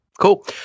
Cool